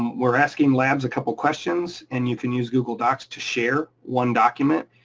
we're asking labs a couple of questions, and you can use google docs to share one document,